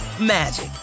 magic